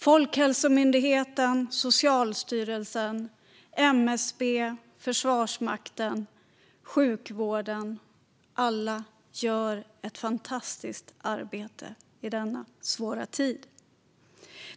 Folkhälsomyndigheten, Socialstyrelsen, MSB, Försvarsmakten, sjukvården - alla gör ett fantastiskt arbete i denna svåra tid.